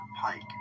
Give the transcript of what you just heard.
Pike